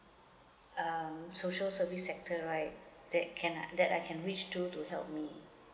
um social service sector right that can uh that I can reach to to help me